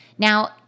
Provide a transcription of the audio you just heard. Now